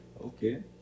okay